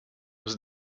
was